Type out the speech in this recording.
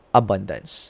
abundance